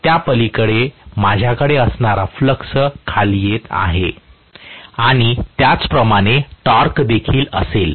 त्यापलीकडे माझ्याकडे असणारा फ्लक्स खाली येत आहे आणि त्याचप्रमाणे टॉर्क देखील असेल